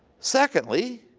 secondly,